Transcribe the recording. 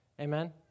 Amen